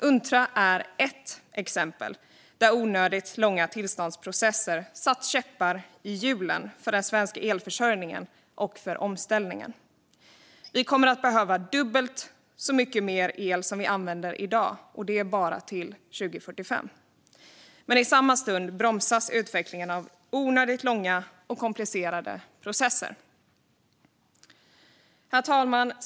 Untra är ett exempel på hur onödigt långa tillståndsprocesser satt käppar i hjulen för den svenska elförsörjningen och för omställningen. Vi kommer att behöva dubbelt så mycket el som vi använder i dag bara till 2045. Men i stället bromsas utvecklingen av onödigt långa och komplicerade processer. Herr talman!